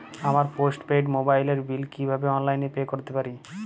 আমার post paid মোবাইলের bill কীভাবে অনলাইনে পে করতে পারি?